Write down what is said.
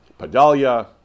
Padalia